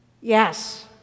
Yes